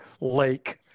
lake